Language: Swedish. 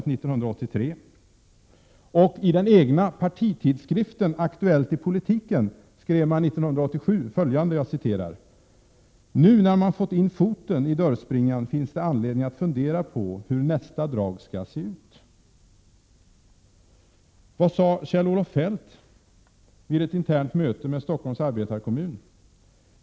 I den egna partitidskriften Aktuellt i Politiken skrev man 1987: ”Nu när man ”fått in foten” i dörrspringan finns det anledning att fundera på hur nästa drag skall se ut.” Vad sade Kjell-Olof Feldt vid ett internt möte med Stockholms arbetarekommun?